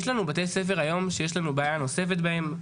יש לנו היום בתי ספר שיש לנו בעיה נוספת בהם,